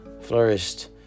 flourished